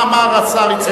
מה אמר השר יצחק כהן?